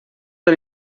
del